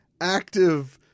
active